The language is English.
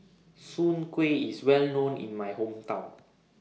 Soon Kueh IS Well known in My Hometown